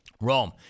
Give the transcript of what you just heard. Rome